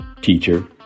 teacher